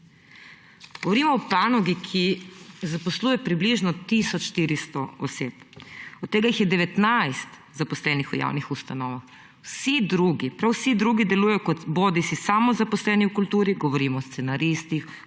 Govorim o panogi, ki zaposluje približno tisoč 400 oseb, od tega jih je 19 zaposlenih v javnih ustanovah. Vsi drugi, prav vsi drugi, delujejo kot bodisi samozaposleni v kulturi, govorim o scenaristih,